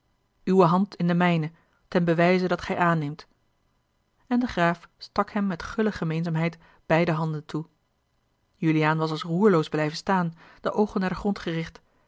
uwe hand in de mijne ten bewijze dat gij aanneemt en de graaf stak hem met gulle gemeenzaamheid beide tanden toe juliaan was als roerloos blijven staan de oogen naar den grond gericht